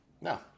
No